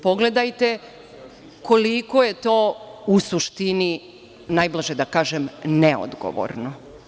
Pogledajte koliko je to u suštini, najblaže da kažem, neodgovorno.